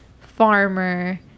Farmer